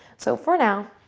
so for now,